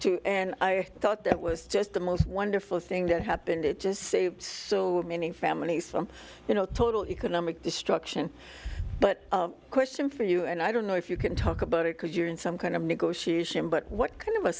and i thought that was just the most wonderful thing that happened it just save so many families you know total economic destruction but question for you and i don't know if you can talk about it because you're in some kind of negotiation but what kind of a